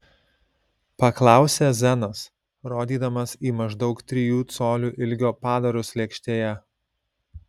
paklausė zenas rodydamas į maždaug trijų colių ilgio padarus lėkštėje